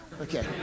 Okay